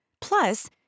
Plus